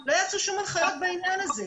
לא יצאו שום הנחיות בעניין הזה.